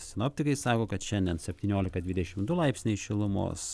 sinoptikai sako kad šiandien septyniolika dvidešim du laipsniai šilumos